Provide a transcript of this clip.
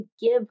give